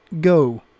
go